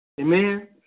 Amen